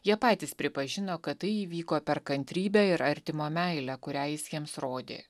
jie patys pripažino kad tai įvyko per kantrybę ir artimo meilę kurią jis jiems rodė